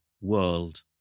world